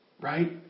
Right